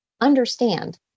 understand